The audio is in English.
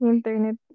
Internet